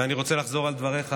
ואני רוצה לחזור על דבריך,